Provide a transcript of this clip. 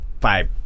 five